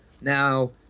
Now